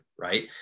right